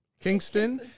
Kingston